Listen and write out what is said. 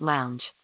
Lounge